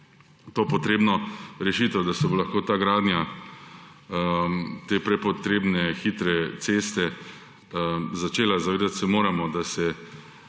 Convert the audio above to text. to potrebno rešitev, da se bo lahko ta gradnja te prepotrebne hitre ceste začela. Zavedati se moramo, da se